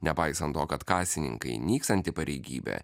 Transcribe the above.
nepaisan to kad kasininkai nykstanti pareigybė